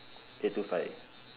eight to five